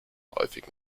häufig